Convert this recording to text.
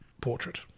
portrait